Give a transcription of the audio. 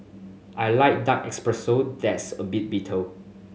I like dark espresso that's a bit bitter